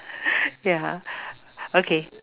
ya okay